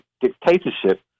dictatorship